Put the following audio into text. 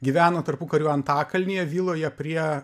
gyvena tarpukariu antakalnyje viloje prie